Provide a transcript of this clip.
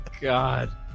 God